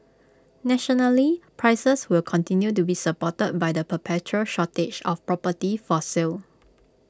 nationally prices will continue to be supported by the perpetual shortage of property for sale